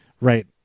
right